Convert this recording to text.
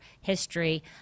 history